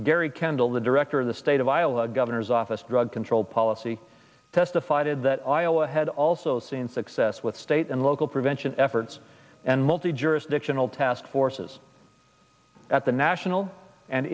gary kendall the director of the state of iowa governor's office drug control policy testified that iowa had also seen success with state and local prevention efforts and multi jurisdictional task forces at the national and